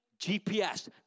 GPS